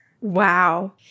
Wow